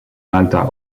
malta